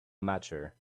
mature